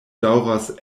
daŭras